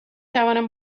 توانم